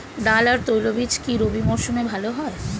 ডাল আর তৈলবীজ কি রবি মরশুমে ভালো হয়?